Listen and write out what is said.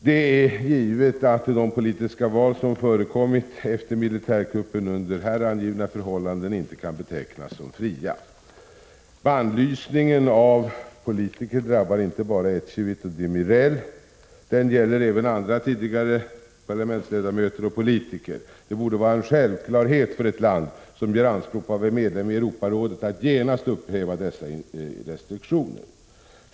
Det är givet att de politiska val som förekommit efter militärkuppen under här angivna förhållanden inte kan betecknas som fria. Bannlysningen av politiker drabbar inte bara Ecevit och Demirel, den gäller även andra tidigare parlamentsledamöter och politiker. Det borde vara en självklarhet för ett land som gör anspråk på att vara medlem i Europarådet att genast upphäva sådana restriktioner.